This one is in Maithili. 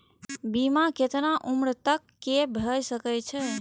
बीमा केतना उम्र तक के भे सके छै?